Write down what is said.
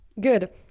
Good